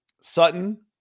Sutton